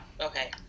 okay